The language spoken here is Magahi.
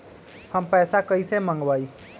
हम पैसा कईसे मंगवाई?